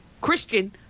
Christian